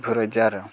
बेफोरबायदि आरो